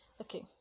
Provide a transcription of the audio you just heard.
okay